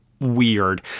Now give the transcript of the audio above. weird